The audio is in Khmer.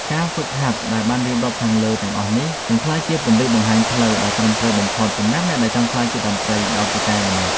ការហ្វឹកហាត់ដែលបានរៀបរាប់ខាងលើទាំងអស់នេះនឹងក្លាយជាពន្លឺបង្ហាញផ្លូវដ៏ត្រឹមត្រូវបំផុតសម្រាប់អ្នកដែលចង់ក្លាយជាអ្នកតន្ត្រីដ៏ពូកែម្នាក់។